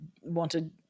wanted